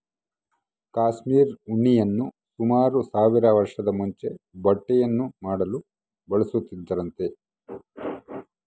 cashmere ಉಣ್ಣೆಯನ್ನು ಸುಮಾರು ಸಾವಿರ ವರ್ಷದ ಮುಂಚೆ ಬಟ್ಟೆಯನ್ನು ಮಾಡಲು ಬಳಸುತ್ತಿದ್ದರಂತೆ